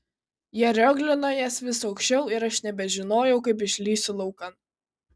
jie rioglino jas vis aukščiau ir aš nebežinojau kaip išlįsiu laukan